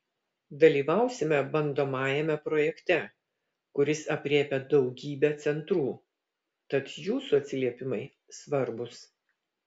dalyvausime bandomajame projekte kuris aprėpia daugybę centrų tad jūsų atsiliepimai svarbūs